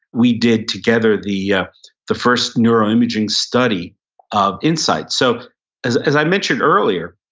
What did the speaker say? we did together the yeah the first neuroimaging study of insight. so as as i mentioned earlier,